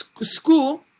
school